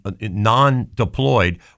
non-deployed